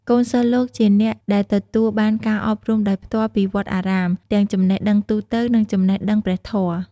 កូនសិស្សលោកជាអ្នកដែលទទួលបានការអប់រំដោយផ្ទាល់ពីវត្តអារាម ទាំងចំណេះដឹងទូទៅ និងចំណេះដឹងព្រះធម៌។